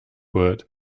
word